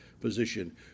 position